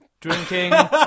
drinking